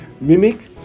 mimic